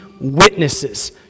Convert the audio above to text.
witnesses